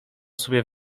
sobie